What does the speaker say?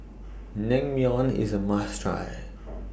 Naengmyeon IS A must Try